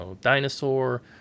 dinosaur